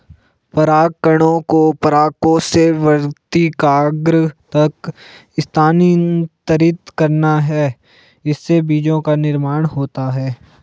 परागकणों को परागकोश से वर्तिकाग्र तक स्थानांतरित करना है, इससे बीजो का निर्माण होता है